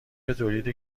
تولید